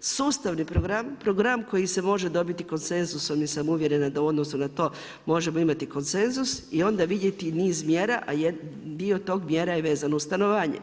sustavni program, program koji se može dobiti konsenzusom jer sam uvjerena da u odnosu na to možemo imati konsenzus i onda vidjeti i niz mjera, a dio tih mjera je vezan uz stanovanje.